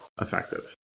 effective